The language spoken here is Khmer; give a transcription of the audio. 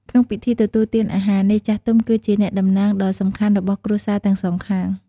ក្នុងពិធីទទួលទានអាហារនេះ ចាស់ទុំគឺជា អ្នកតំណាង ដ៏សំខាន់របស់គ្រួសារទាំងសងខាង។